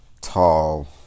tall